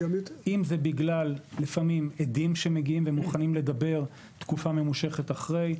אם זה בגלל לפעמים עדין שמגיעים ומוכנים לדבר תקופה ממושכת אחרי,